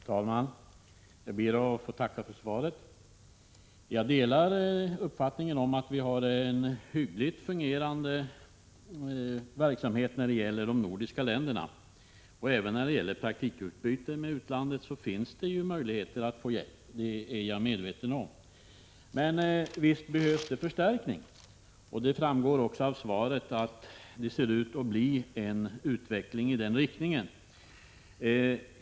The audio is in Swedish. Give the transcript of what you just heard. Herr talman! Jag ber att få tacka för svaret. Jag delar uppfattningen att vi har en hyggligt fungerande verksamhet när det gäller de nordiska länderna. Jag är medveten om att det även när det gäller praktikutbyte med utlandet finns möjligheter att få hjälp. Men visst behövs en förstärkning. Det framgår också av svaret att det ser ut att bli en utveckling i den riktningen.